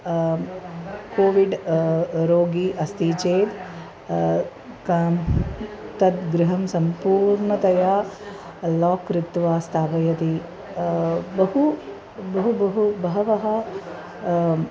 COVID रोगी अस्ति चेत् का तत् गृहं सम्पूर्णतया लाक् कृत्वा स्थापयति बहु बहु बहु बहवः